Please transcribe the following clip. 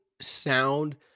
sound